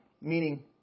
meaning